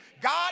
God